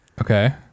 Okay